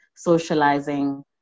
socializing